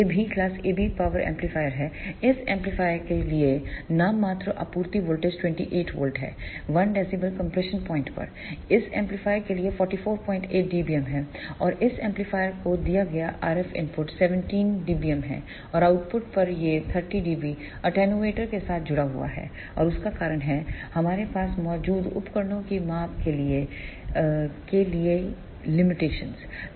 यह भी class AB power amplifier है इस एम्पलीफायर के लिए नाममात्र आपूर्ति वोल्टेज 28V है 1 dB कंप्रेशन प्वाइंट पर इस एम्पलीफायर के लिए 448 dbm है और इस एम्पलीफायर को दिया गया RF इनपुट 17 dbm है और आउटपुट पर यह 30db एटेन्यूएटर के साथ जुड़ा हुआ है उसका कारण है हमारे पास मौजूद उपकरणों की माप के लिए के लिमिटेशंस है